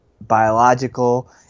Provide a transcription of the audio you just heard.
biological